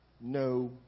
no